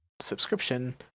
subscription